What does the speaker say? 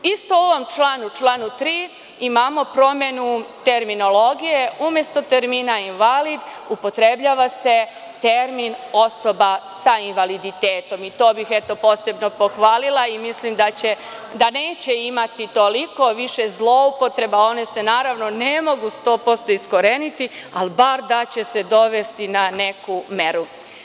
U istom ovom članu, članu 3, imamo promenu terminologije, umesto termina „invalid“ upotrebljava se termin „osoba sa invaliditetom“, i to bih eto posebno pohvalila i mislim da neće imati toliko više zloupotreba, one se naravno ne mogu 100% iskoreniti, ali bar da će se dovesti na neku meru.